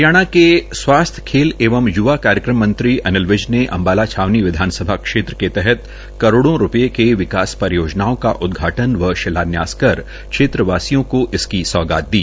हरियाणा के स्वास्थ्य खेल एवं य्वा कार्यक्रम मंत्री अनिल विज ने अम्बाला छावनी विधानसभा क्षेत्र के तहत करोड़ों रुपये की विकास परियोजनाओं का उद्घाटन व शिलान्यास कर क्षेत्रवासियों को इसकी सौगात दी